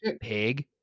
Pig